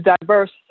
diverse